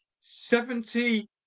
Seventy